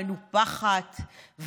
מנופחת,